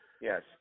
yes